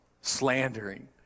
slandering